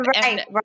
Right